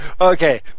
Okay